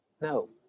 No